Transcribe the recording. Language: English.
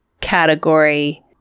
category